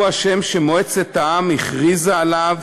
הוא השם שמועצת העם הכריזה עליו